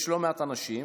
יש לא מעט אנשים,